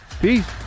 Peace